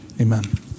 amen